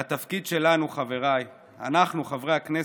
והתפקיד שלנו, חבריי, אנחנו חברי הכנסת,